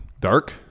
Dark